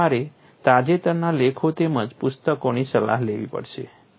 અને તમારે તાજેતરના લેખો તેમજ પુસ્તકોની સલાહ લેવી પડશે